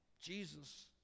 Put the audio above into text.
Jesus